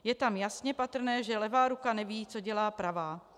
Je tam jasně patrné, že levá ruka neví, co dělá pravá.